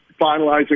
finalizing